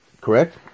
Correct